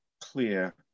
clear